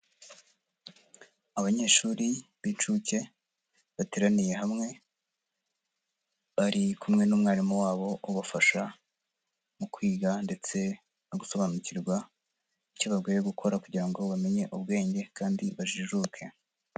Abanyeshuri b'incuke bateraniye hamwe, bari kumwe n'umwarimu wabo ubafasha, mu kwiga ndetse no gusobanukirwa icyo bakwiye gukora kugira ngo bamenye ubwenge, kandi bajijuke.